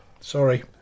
sorry